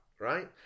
Right